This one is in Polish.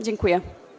Dziękuję.